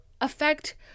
affect